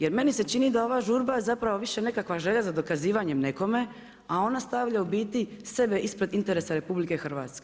Jer meni se čini da ova žurba zapravo više nekakva želja za dokazivanjem nekome, a ona stavlja u biti sebe ispred interesa RH.